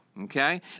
Okay